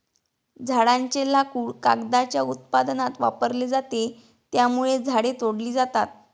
झाडांचे लाकूड कागदाच्या उत्पादनात वापरले जाते, त्यामुळे झाडे तोडली जातात